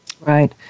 Right